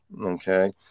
Okay